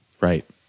right